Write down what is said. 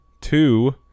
two